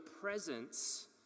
presence